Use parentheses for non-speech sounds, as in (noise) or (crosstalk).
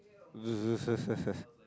(laughs)